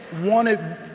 wanted